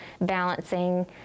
balancing